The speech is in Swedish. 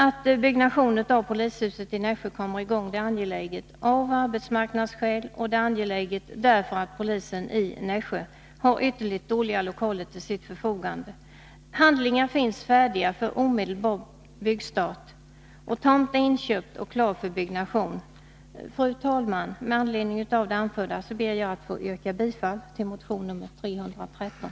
Att byggnation av polishus i Nässjö kommer i gång är angeläget av arbetsmarknadsskäl, och det är angeläget också därför att polisen i Nässjö har ytterst dåliga lokaler till sitt förfogande. Handlingar finns färdiga för omedelbar byggstart. Tomt är inköpt och klar för byggnation. Fru talman! Med anledning av det anförda ber jag att få yrka bifall till motion nr 313.